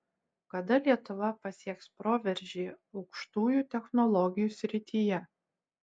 kada lietuva pasieks proveržį aukštųjų technologijų srityje